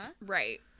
Right